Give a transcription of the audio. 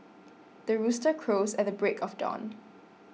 the rooster crows at the break of dawn